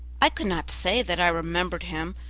i could not say that i remembered him,